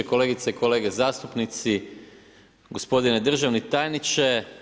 Kolegice i kolege zastupnici, gospodine državni tajniče.